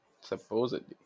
Supposedly